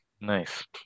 Nice